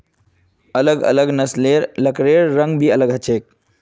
अलग अलग नस्लेर लकड़िर रंग भी अलग ह छे